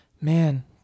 man